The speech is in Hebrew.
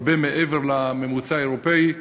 הרבה מעבר לממוצע האירופי?